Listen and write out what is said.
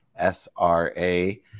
SRA